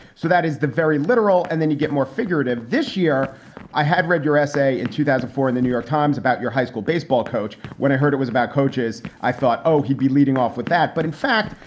so that is the very literal. and then you get more figurative. this year i had read your essay in two thousand and four in the new york times about your high school baseball coach. when i heard it was about coaches, i thought, oh, he'd be leading off with that. but in fact,